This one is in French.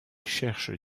cherche